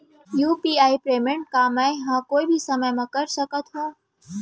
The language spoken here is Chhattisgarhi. यू.पी.आई पेमेंट का मैं ह कोई भी समय म कर सकत हो?